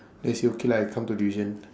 then I say okay lah I come to division